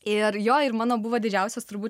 ir jo ir mano buvo didžiausias turbūt